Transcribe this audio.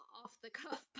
off-the-cuff